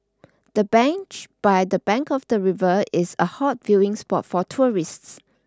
the bench by the bank of the river is a hot viewing spot for tourists